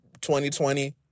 2020